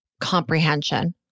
comprehension